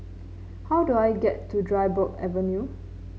how do I get to Dryburgh Avenue